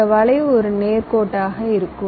இந்த வளைவு ஒரு நேர் கோட்டாக இருக்கும்